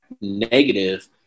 negative